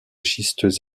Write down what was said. schistes